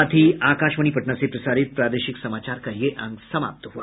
इसके साथ ही आकाशवाणी पटना से प्रसारित प्रादेशिक समाचार का ये अंक समाप्त हुआ